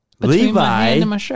Levi